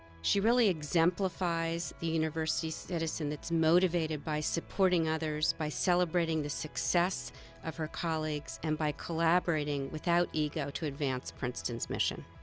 she really exemplifies the university citizen that's motivated by supporting others, by celebrating the success of her colleagues and by collaborating without ego to advance princeton's mission.